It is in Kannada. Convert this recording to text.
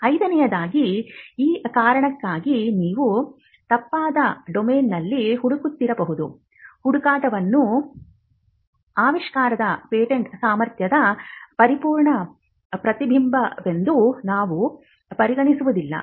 ಐದನೆಯದಾಗಿ ಈ ಕಾರಣಕ್ಕಾಗಿ ನೀವು ತಪ್ಪಾದ ಡೊಮೇನ್ನಲ್ಲಿ ಹುಡುಕುತ್ತಿರಬಹುದು ಹುಡುಕಾಟವನ್ನು ಆವಿಷ್ಕಾರದ ಪೇಟೆಂಟ್ ಸಾಮರ್ಥ್ಯದ ಪರಿಪೂರ್ಣ ಪ್ರತಿಬಿಂಬವೆಂದು ನಾವು ಪರಿಗಣಿಸುವುದಿಲ್ಲ